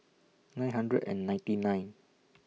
nine hundred and ninety nine